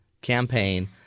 campaign